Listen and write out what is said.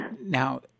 Now